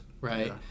right